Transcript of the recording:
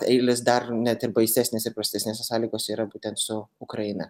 eilės dar net ir baisesnės ir prastesnėse sąlygose yra būtent su ukraina